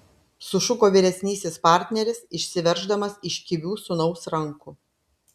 sušuko vyresnysis partneris išsiverždamas iš kibių sūnaus rankų